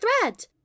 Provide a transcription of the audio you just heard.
thread